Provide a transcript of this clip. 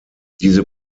diese